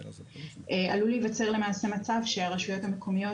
עלול להיווצר למעשה מצב שהרשויות המקומיות